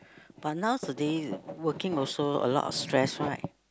but nowadays working also a lot of stress right